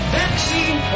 vaccine